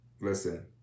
Listen